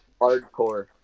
Hardcore